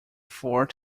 fort